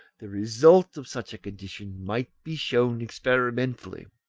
the result of such a condition might be shown experimentally.